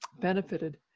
benefited